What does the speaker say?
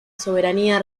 soberanía